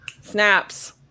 Snaps